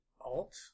Alt